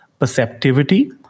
perceptivity